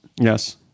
Yes